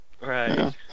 Right